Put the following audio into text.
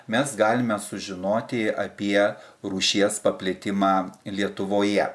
mes galime sužinoti apie rūšies paplitimą lietuvoje